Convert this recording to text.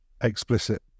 explicit